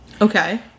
Okay